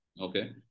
Okay